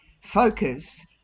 focus